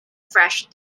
fresh